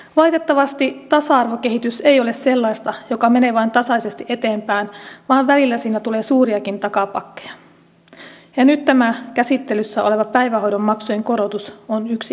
valitettavasti tasa arvokehitys ei ole sellaista joka menee vain tasaisesti eteenpäin vaan välillä siinä tulee suuriakin takapakkeja ja nyt tämä käsittelyssä oleva päivähoidon maksujen korotus on yksi esimerkki siitä